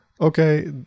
okay